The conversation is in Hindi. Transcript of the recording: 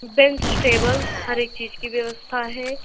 बेन्च टेबल हर एक चीज़ की व्यवस्था है